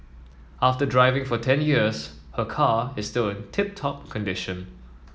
after driving for ten years her car is still in tip top condition